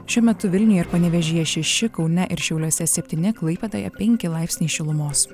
šiuo metu vilniuje ir panevėžyje šeši kaune ir šiauliuose septyni klaipėdoje penki laipsniai šilumos